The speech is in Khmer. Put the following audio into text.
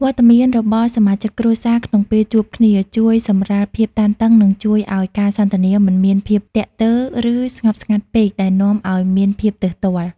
វត្តមានរបស់សមាជិកគ្រួសារក្នុងពេលជួបគ្នា ជួយសម្រាលភាពតានតឹង និងជួយឱ្យការសន្ទនាមិនមានភាពទាក់ទើរ ឬស្ងប់ស្ងាត់ពេកដែលនាំឱ្យមានភាពទើសទាល់។